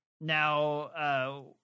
Now